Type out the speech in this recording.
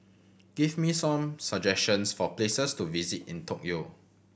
give me some suggestions for places to visit in Tokyo